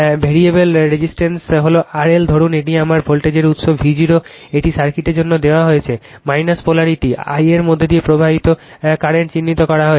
variable resistance হল RL ধরুন এটি আমার ভোল্টেজের উৎস V 0 একটি সার্কিটের জন্য দেওয়া হয়েছে পোলারিটি এই I এর মধ্য দিয়ে প্রবাহিত কারেন্ট চিহ্নিত করা হয়েছে